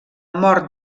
mort